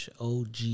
OG